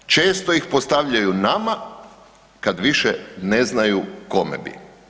Često ih postavljaju nama kad više ne znaju kome bi.